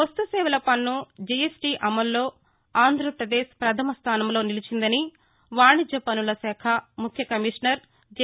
వస్తు సేవల పన్ను జీఎస్టీ అమల్లో ఆంధ్రపదేశ్ పథమ స్థానంలో నిలిచిందని వాణిజ్య పన్నుల శాఖ ముఖ్య కమిషనర్ జె